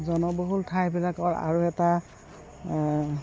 জনবহুল ঠাইবিলাকৰ আৰু এটা